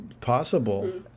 possible